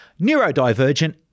neurodivergent